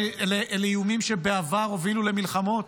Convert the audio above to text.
אלו איומים שבעבר הובילו למלחמות.